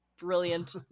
Brilliant